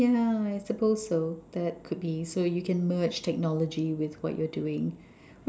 yeah I suppose so that could be so you can merge technology with what you are doing